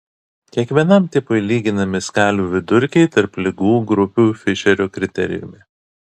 kiekvienam tipui lyginami skalių vidurkiai tarp ligų grupių fišerio kriterijumi